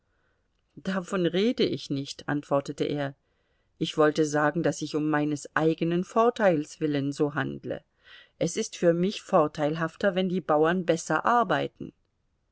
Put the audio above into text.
davon rede ich nicht antwortete er ich wollte sagen daß ich um meines eigenen vorteils willen so handle es ist für mich vorteilhafter wenn die bauern besser arbeiten